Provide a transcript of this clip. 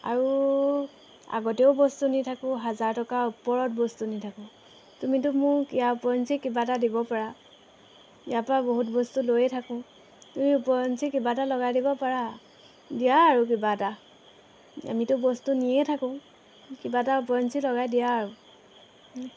আৰু আগতেও বস্তু নি থাকোঁ হাজাৰ টকাৰ ওপৰত বস্তু নি থাকো তুমিতো মোক ইয়াৰ ওপৰঞ্চি কিবা এটা দিব পাৰা ইয়াৰ পৰা বহুত বস্তু লৈয়ে থাকো তুমি ওপৰঞ্চি কিবা এটা লগাই দিব পাৰা দিয়া আৰু কিবা এটা আমিতো বস্তু নিয়ে থাকো কিবা এটা ওপৰঞ্চি লগাই দিয়া আৰু